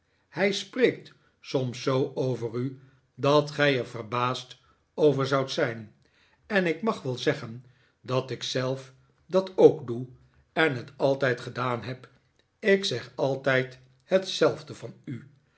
hij spreekt soms zoo over u dat gij er verbaasd over zoudt zijn en ik mag wel zeggen dat ik zelf dat ook doe en het altijd gedaan heb ik zeg altijd hetzelfde van u